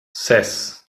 ses